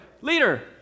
leader